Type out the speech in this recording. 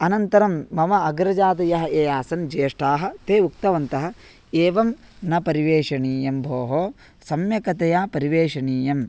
अनन्तरं मम अग्रजादयः ये आसन् ज्येष्ठाः ते उक्तवन्तः एवं न परिवेषिणीयं भोः सम्यक्तया परिवेषणीयम्